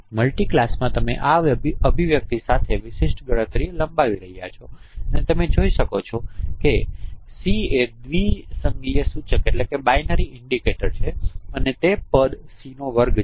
multi ક્લાસમાં તમે આ અભિવ્યક્તિ સાથે વિશિષ્ટ ગણતરીઓ લંબાવી રહ્યા છો જ્યાં તમે જોઈ શકો છો કે C એ દ્વિસંગી સૂચક છે અને તે પદ C નો વર્ગ છે